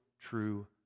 true